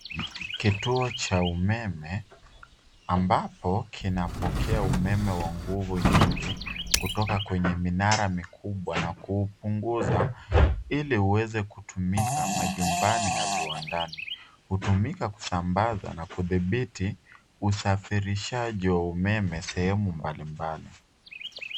Kituo cha umeme ambapo kinapokea umeme wa nguvu nyingi kutoka kwenye minara mikubwa na kuupunguza ili uweze kutumika majumbani na viwandani. Hutumika kusambaza na kudhibiti usafirishaji wa umeme sehemu mbalimbali.